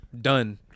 Done